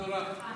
בהצלחה גדולה.